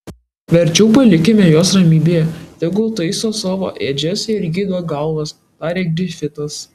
verčiau palikime juos ramybėje tegu taiso savo ėdžias ir gydo galvas tarė grifitas